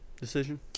Decision